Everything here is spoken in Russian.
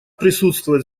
присутствовать